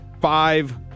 five